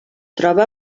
troba